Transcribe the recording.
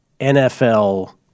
NFL